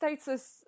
status